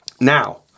Now